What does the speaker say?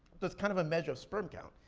it was kind of a measure of sperm count,